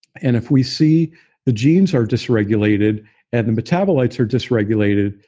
and if we see the genes are dysregulated and the metabolites are dysregulated,